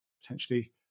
potentially